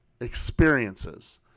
experiences